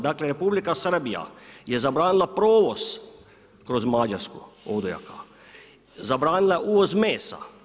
Dakle Republika Srbija je zabranila provoz kroz Mađarsku odojaka, zabranila je uvoz mesa.